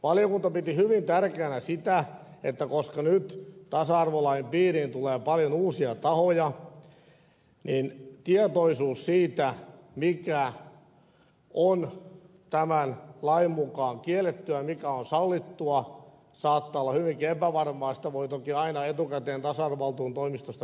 valiokunta piti hyvin tärkeänä sitä että koska nyt tasa arvolain piiriin tulee paljon uusia tahoja niin tietoisuus siitä mikä on tämän lain mukaan kiellettyä mikä on sallittua saattaa olla hyvinkin epävarmaa mutta sitä voi toki aina etukäteen tasa arvovaltuutetun toimistosta kysyä